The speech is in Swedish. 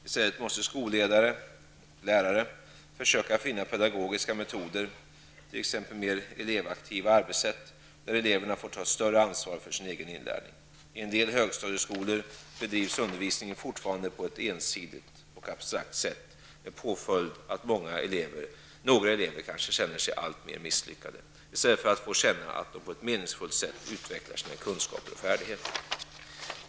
I stället måste skolledare och lärare försöka finna pedagogiska metoder, t.ex. mer elevaktiva arbetssätt, där eleverna får ta ett större ansvar för sin egen inlärning. I en del högstadieskolor bedrivs undervisningen fortfarande på ett ensidigt och abstrakt sätt med påföljd att några elever kanske känner sig alltmer misslyckade i stället för att få känna att de på ett meningsfullt sätt utvecklar sina kunskaper och färdigheter.